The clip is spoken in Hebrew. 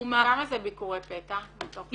בתחום -- כמה זה ביקורי פתע מתוך הביקורים?